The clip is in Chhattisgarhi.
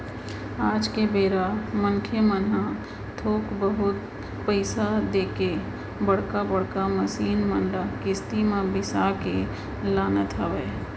आज के बेरा मनखे मन ह थोक बहुत पइसा देके बड़का बड़का मसीन मन ल किस्ती म बिसा के लानत हवय